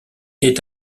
est